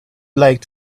like